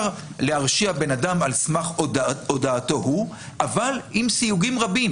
להרשיע בן אדם על סמך הודאתו הוא אבל עם סיוגים רבים.